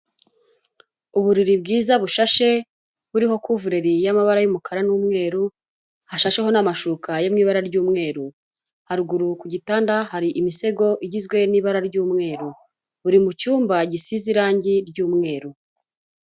Uburiri bwiza bushashe buriho kuvureri y'amabara y'umukara n'umweru, hashasheho n'amashuka yo mu ibara ry'umweru, haruguru ku gitanda hari imisego igizwe n'ibara ry'umweru, buri mu cyumba gisize irangi ry'umweru.